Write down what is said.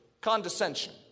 Condescension